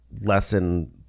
lesson